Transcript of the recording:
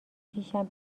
پیشم